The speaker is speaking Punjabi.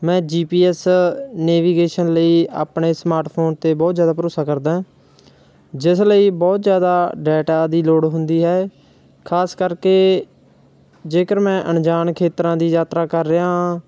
ਮੈਂ ਜੀਪੀਐਸ ਨੈਵੀਗੇਸ਼ਨ ਲਈ ਆਪਣੇ ਸਮਾਰਟ ਫੋਨ 'ਤੇ ਬਹੁਤ ਜ਼ਿਆਦਾ ਭਰੋਸਾ ਕਰਦਾ ਜਿਸ ਲਈ ਬਹੁਤ ਜ਼ਿਆਦਾ ਡਾਟਾ ਦੀ ਲੋੜ ਹੁੰਦੀ ਹੈ ਖਾਸ ਕਰਕੇ ਜੇਕਰ ਮੈਂ ਅਣਜਾਣ ਖੇਤਰਾਂ ਦੀ ਯਾਤਰਾ ਕਰ ਰਿਹਾ ਹਾਂ